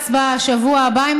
לבג"ץ בשבוע הבא,